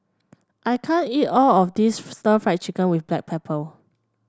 I can't eat all of this stir Fry Chicken with Black Pepper